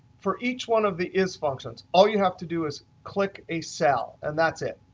for each one of the is functions all you have to do is click a cell and that's it.